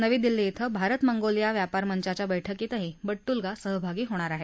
नवी दिल्ली ॐ भारत मंगोलिया व्यापार मंचाच्या बैठकीतही बड्टूल्गा सहभागी होतील